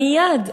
מייד,